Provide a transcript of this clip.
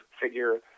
figure